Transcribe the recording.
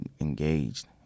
engaged